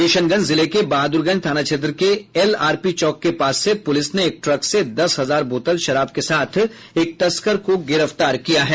किशनगंज जिले के बहाद्रगंज थाना क्षेत्र के एलआरपी चौक के पास से पुलिस ने एक ट्रक से दस हजार बोतल शराब के साथ एक तस्कर को गिरफ्तार किया है